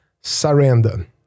surrender